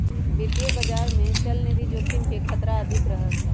वित्तीय बाजार में चलनिधि जोखिम के खतरा अधिक रहा हई